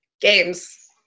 games